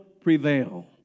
prevail